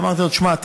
ואמרתי לו: תשמע,